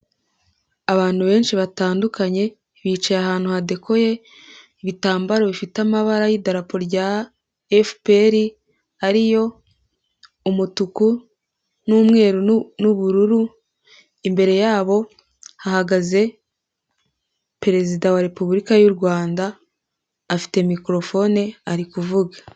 Abantu benshi batandukanye bicaye ahantu hadekoye, ibitambaro bifite amabara y'idarapo rya FPR ariyo umutuku n'umweru, n'ubururu, imbere yabo hahagaze Perezida wa Repubulika y'u Rwanda, afite micro phone ari kuvuga.